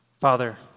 Father